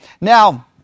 Now